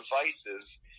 devices